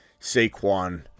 Saquon